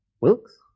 Wilkes